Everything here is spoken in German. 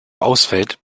ausfällt